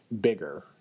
bigger